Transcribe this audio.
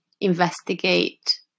investigate